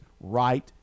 right